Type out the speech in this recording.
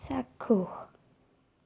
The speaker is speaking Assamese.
চাক্ষুষ